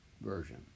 Version